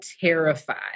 terrified